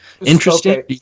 interesting